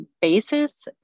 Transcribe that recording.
basis